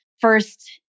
first